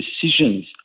decisions